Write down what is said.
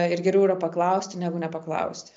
ir geriau yra paklausti negu nepaklausti